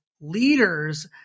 leaders